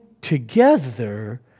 together